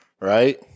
right